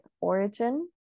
Origin